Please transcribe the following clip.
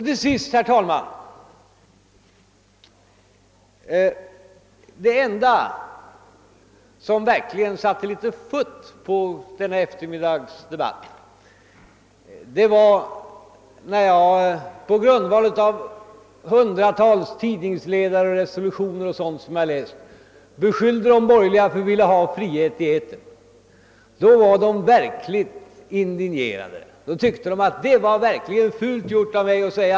Till sist, herr talman, vill jag konstatera att det enda som satte litet futt på denna eftermiddags debatt var min beskyllning mot de borgerliga för att vilja ha frihet i etern, en beskyllning som jag grundade på hundratals tidningsledare, resolutioner och liknande som jag läst. Då blev de mycket indignerade och tyckte att det verkligen var fult gjort av mig.